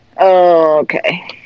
Okay